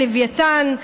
את לוויתן.